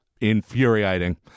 infuriating